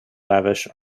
lavish